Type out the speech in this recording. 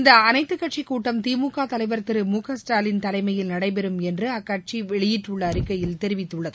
இந்த அனைத்துக் கட்சிக் கூட்டம் திமுக தலைவர் திரு மு க ஸ்டாலின் தலைமையில் நடைபெறும் என்று அக்கட்சி வெளியிட்டுள்ள அறிக்கையில் தெரிவிக்கப்பட்டுள்ளது